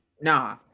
Nah